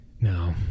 no